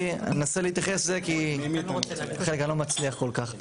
אני אנסה להתייחס לזה, כי חלק אני לא מצליח כל כך.